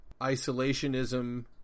isolationism